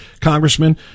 Congressman